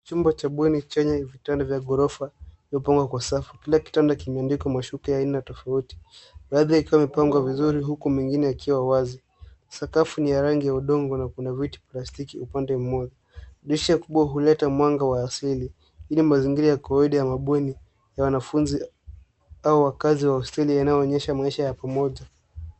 Chumba cha bweni chenye vitanda vya ghorofa vilivyopangwa kwa safu. Kila kitanda kimetandikwa na mashuka ya aina tofauti. Baadhi yakiwa yamepangwa vizuri huku mengine yakiwa wazi. Sakafu ni ya rangi ya udongo na kuna viti vya plastiki upande mmoja. Dirisha kubwa huleta mwanga wa asili. Hii ni mazingira ya kawaida ya mabweni ya waafunzi au wakazi wa hosteli yanayoonyesha maisha ya pamoja.